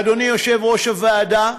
אדוני יושב-ראש הוועדה,